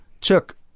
took